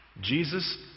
Jesus